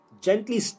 gently